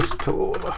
tool?